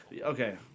Okay